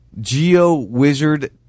geo-wizard